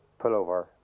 pullover